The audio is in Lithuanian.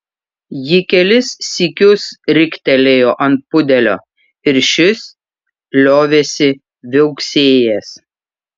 ji kelis sykius riktelėjo ant pudelio ir šis liovėsi viauksėjęs